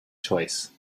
choice